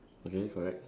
okay correct